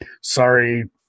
Sorry